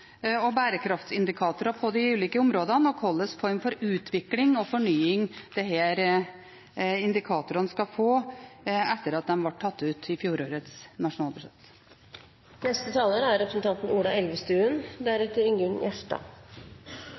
og bærekraftsindikatorer på de ulike områdene og hvilken form for utvikling og fornying disse indikatorene skal få, etter at de ble tatt ut i fjorårets nasjonalbudsjett. Fra Venstres side er vi helt enig i representanten